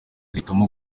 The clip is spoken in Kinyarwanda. zihitamo